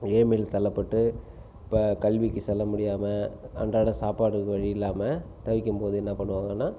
ஏழ்மையில் தள்ளப்பட்டு இப்போ கல்விக்கு செல்ல முடியாமல் அன்றாட சாப்பாட்டுக்கு வழியில்லாமல் தவிக்கும்போது என்ன பண்ணுவாங்கனா